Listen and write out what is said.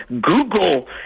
Google